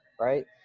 right